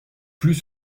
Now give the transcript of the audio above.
plus